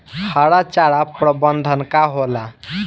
हरा चारा प्रबंधन का होला?